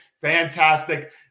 Fantastic